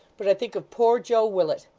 but i think of poor joe willet.